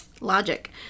Logic